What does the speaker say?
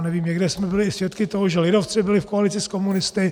Někde jsme byli i svědky toho, že lidovci byli v koalici s komunisty.